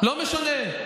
לא משנה.